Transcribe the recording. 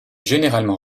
généralement